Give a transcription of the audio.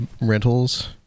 Rentals